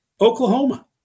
Oklahoma